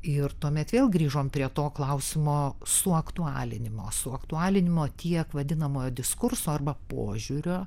ir tuomet vėl grįžom prie to klausimo suaktualinimo suaktualinimo tiek vadinamojo diskurso arba požiūrio